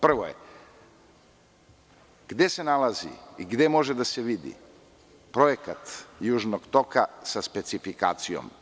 Prvo je gde se nalazi i gde može da se vidi projekat „Južnog toka“ sa specifikacijom?